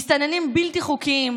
מסתננים בלתי חוקיים,